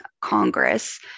Congress